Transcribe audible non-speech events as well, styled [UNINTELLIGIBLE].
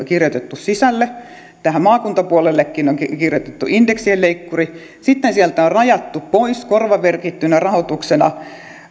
[UNINTELLIGIBLE] kirjoitettu sisälle tähän maakuntapuolellekin on kirjoitettu indeksien leikkuri sitten sieltä on rajattu pois korvamerkittynä rahoituksena